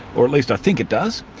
or at least i think it does.